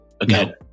again